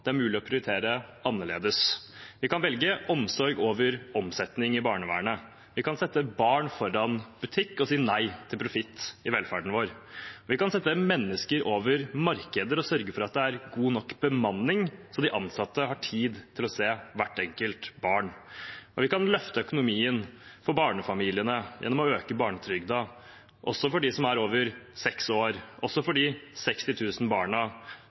det er mulig å prioritere annerledes. Vi kan velge omsorg foran omsetning i barnevernet. Vi kan sette barn foran butikk og si nei til profitt i velferden vår. Vi kan sette mennesker foran markeder og sørge for at det er god nok bemanning, så de ansatte har tid til å se hvert enkelt barn. Og vi kan løfte økonomien for barnefamiliene gjennom å øke barnetrygden, også for dem som er over seks år, også for de 60 000 barna